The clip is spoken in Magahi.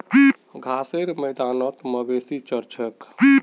घासेर मैदानत मवेशी चर छेक